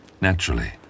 Naturally